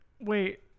wait